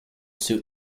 suit